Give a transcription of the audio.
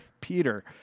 Peter